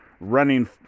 running